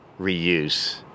reuse